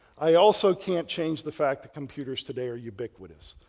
i also can't change the fact the computers today are ubiquitous.